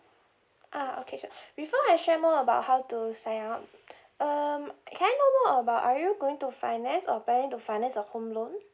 ah okay sure before I share more about how to sign up um can I know about are you going to finance or planning to finance a home loan